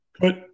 put